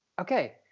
okay